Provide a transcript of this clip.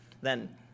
Then-